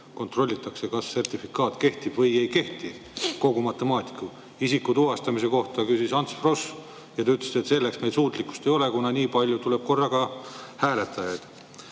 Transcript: kontrollitakse, kas sertifikaat kehtib või ei kehti. Kogu matemaatika. Isikutuvastamise kohta küsis Ants Frosch ja te ütlesite, et selleks meil suutlikkust ei ole, kuna nii palju hääletajaid